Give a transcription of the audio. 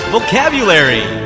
Vocabulary